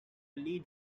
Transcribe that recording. lead